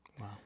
wow